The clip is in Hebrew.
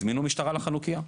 הזמינו משטרה לחנוכייה.